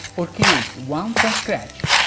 or create one from scratch.